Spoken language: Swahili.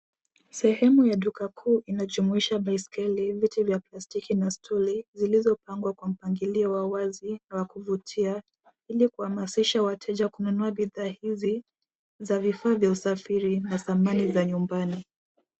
Sehemu ya duka kuu inajumuisha baiskeli ,viti vya plastiki na stuli zilizopangwa kwa mpangilio wa wazi na wa kuvutia ili kuhamasisha wateja kununua bidhaa hizi za vifaa vya usafiri na samani za nyumbani.